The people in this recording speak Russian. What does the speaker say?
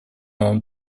новым